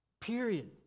Period